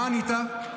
מה ענית?